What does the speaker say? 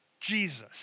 Jesus